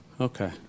Okay